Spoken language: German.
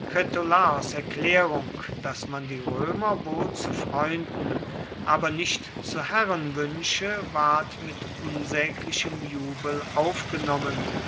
kritolaos erklärung daß man die römer wohl zu freunden aber nicht zu herren wünsche ward mit unsäglichem jubel aufgenommen